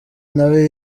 nawe